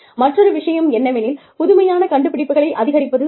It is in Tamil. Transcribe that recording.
மற்றொரு விஷயம் என்னவெனில் புதுமையான கண்டுபிடிப்புகளை அதிகரிப்பதாகும்